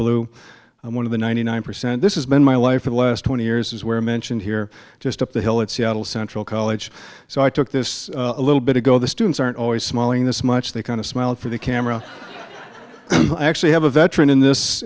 blue one of the ninety nine percent this has been my life for the last twenty years is where mentioned here just up the hill at seattle central college so i took this a little bit ago the students aren't always smiling this much they kind of smiled for the camera i actually have a veteran in this